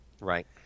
Right